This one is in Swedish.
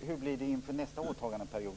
Hur blir det inför nästa åtagandeperiod?